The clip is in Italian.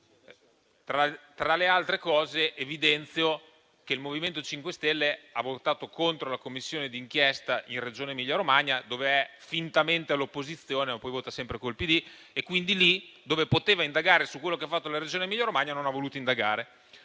Tra le altre cose, evidenzio che il MoVimento 5 Stelle ha votato contro l'istituzione della commissione d'inchiesta in Emilia Romagna, dove è fintamente all'opposizione, ma poi vota sempre col PD. Pertanto, lì dove poteva indagare su quello che ha fatto la Regione Emilia Romagna non lo ha voluto fare,